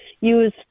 use